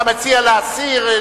אתה מציע להסיר?